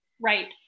Right